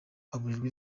aburirwa